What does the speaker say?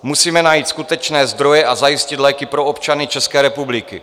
Musíme najít skutečné zdroje a zajistit léky pro občany České republiky.